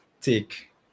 take